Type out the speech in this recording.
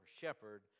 shepherd